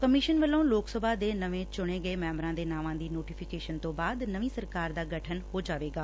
commission ਵੱਲੋਂ ਲੋਕ ਸਭਾ ਦੈ ਨਵੇਂ ਚੁਣੇ ਗਏ ਮੈਂਬਰਾਂ ਦੇ ਨਾਵਾਂ ਦੀ ਨੋਟੀਫੀਕੇਸ਼ਨ ਤੋਂ ਬਾਅਦ ਨਵੀਂ ਸਰਕਾਰ ਦਾ ਗਠਨ ਹੋ ਜਾਵੇਗਾ